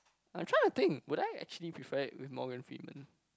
I'm try to think would I actually prefer it with Morgan-Freeman